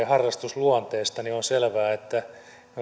harrastusluonteista niin on selvää että